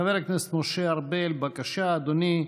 חבר הכנסת משה ארבל, בבקשה, אדוני.